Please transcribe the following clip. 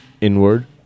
inward